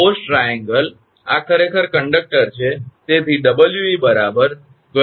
તેથી આ બળ ત્રિકોણ છે આ ખરેખર કંડકટર છે